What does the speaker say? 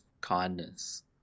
Kindness